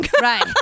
Right